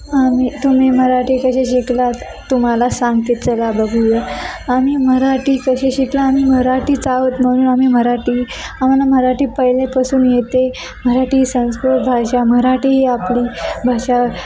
आम्ही तुम्ही मराठी कसे शिकलात तुम्हाला सांगते चला बघूया आम्ही मराठी कसे शिकला आम्ही मराठीच आहोत म्हणून आम्ही मराठी आम्हाला मराठी पहिलेपासून येते मराठी ही संस्कृत भाषा मराठी ही आपली भाषा